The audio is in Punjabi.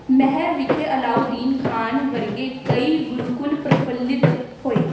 ਮੈਹਰ ਵਿਖੇ ਅਲਾਉਦੀਨ ਖਾਨ ਵਰਗੇ ਕਈ ਗੁਰੂਕੁਲ ਪ੍ਰਫੁੱਲਿਤ ਹੋਏ